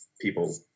people